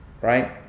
right